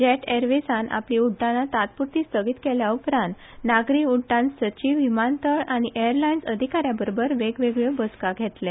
जॅट ऍयरवेजान आपली उड्डाणा तात्पुरती स्थगीत केल्या उपरांत नागरी उड्डाण सचीव विमानतळ एयरलायन्स अधिकाऱ्याबरोबर वेगवेगळ्यो बसका घेतले